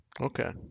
Okay